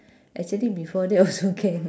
actually before that also can